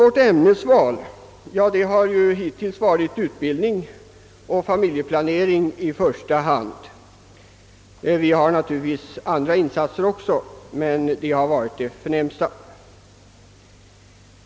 Vårt ämnesval har hittills i första hand varit utbildning och familjeplanering. Naturligtvis gör vi också andra insatser, men de båda nämnda är de förnämsta.